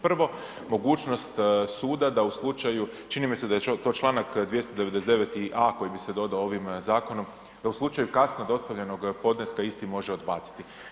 Prvo mogućnost suda da u slučaju, čini mi se da je to Članak 299a. koji bi se dodao ovim zakonom da u slučaju kasno dostavljenog podneska isti može odbaciti.